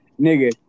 nigga